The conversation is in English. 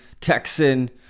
Texan